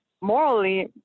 morally